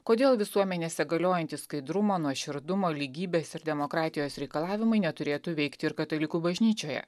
kodėl visuomenėse galiojantys skaidrumo nuoširdumo lygybės ir demokratijos reikalavimai neturėtų veikti ir katalikų bažnyčioje